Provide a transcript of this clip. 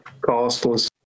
costless